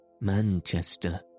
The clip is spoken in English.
Manchester